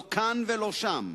לא כאן ולא שם,